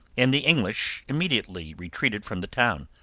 and the english immediately retreated from the town.